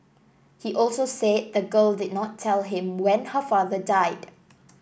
he also said the girl did not tell him when her father died